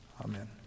Amen